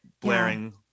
blaring